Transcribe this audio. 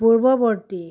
পূৰ্ৱৱৰ্তী